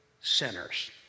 sinners